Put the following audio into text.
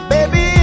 Baby